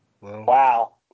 Wow